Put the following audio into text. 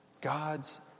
God's